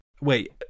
wait